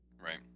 Right